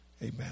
Amen